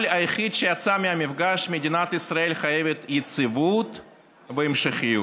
הקול היחיד שיצא מהמפגש הוא שמדינת ישראל חייבת יציבות והמשכיות.